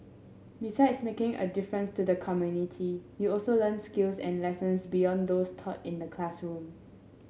besides making a difference to the community you also learn skills and lessons beyond those taught in the classroom